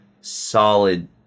solid